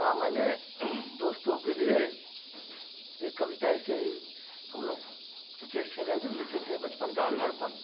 हाँ मैंने दोस्तों के लिए एक कविता ऐसे ही हमलोग क्रिकेट खेल रहे थे तो लिखे थे बचपन का अल्हड़पन